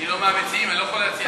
אני לא מהמציעים, אני לא יכול להציע.